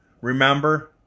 Remember